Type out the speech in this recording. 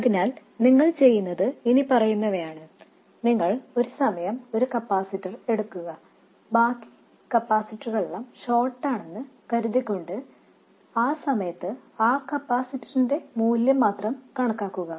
അതിനാൽ നിങ്ങൾ ചെയ്യുന്നത് ഇനിപ്പറയുന്നവയാണ് നിങ്ങൾ ഒരു സമയം ഒരു കപ്പാസിറ്റർ എടുക്കുക മറ്റ് കപ്പാസിറ്ററുകളെല്ലാം ഷോർട്ടാണെന്ന് കരുതിക്കൊണ്ട് ആ സമയത്ത് ആ കപ്പാസിറ്ററിന്റെ മൂല്യം മാത്രം കണക്കാക്കുക